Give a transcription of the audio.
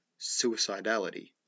suicidality